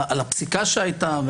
על הפסיקה שהייתה,